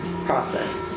process